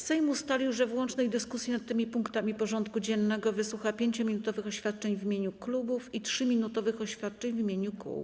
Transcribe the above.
Sejm ustalił, że w łącznej dyskusji nad tymi punktami porządku dziennego wysłucha 5-minutowych oświadczeń w imieniu klubów i 3-minutowych oświadczeń w imieniu kół.